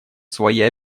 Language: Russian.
свои